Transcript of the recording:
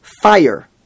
fire